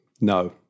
No